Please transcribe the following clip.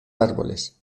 árboles